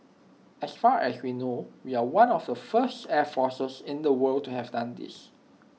as far as we know we are one of the first air forces in the world to have done this